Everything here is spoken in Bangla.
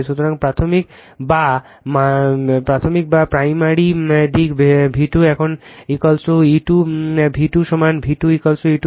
সুতরাং প্রাথমিক বা মাধ্যমিক দিক V2 এখন E2 V2 সমান V2 E2